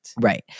right